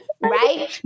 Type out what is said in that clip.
right